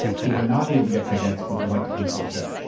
who were not able to get tickets but would like to come see the show.